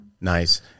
Nice